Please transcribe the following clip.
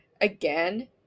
again